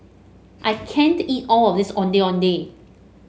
I can't eat all of this Ondeh Ondeh